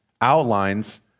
outlines